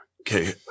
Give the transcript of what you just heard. okay